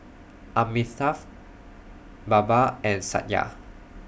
Amitabh Baba and Satya